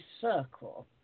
circle